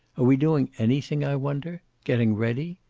are we doing anything, i wonder? getting ready?